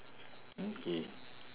mm K